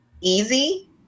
easy